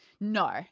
No